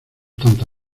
tanta